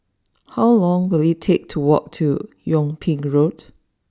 how long will it take to walk to Yung Ping Road